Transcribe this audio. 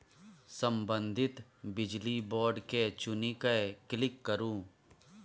संबंधित बिजली बोर्ड केँ चुनि कए क्लिक करु